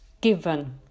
given